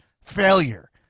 failure